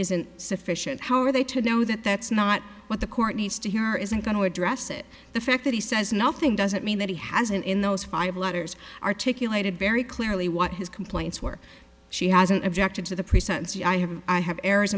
isn't sufficient how are they to know that that's not what the court needs to hear isn't going to address it the fact that he says nothing doesn't mean that he hasn't in those five letters articulated very clearly what his complaints were she hasn't objected to the precepts you i have i have errors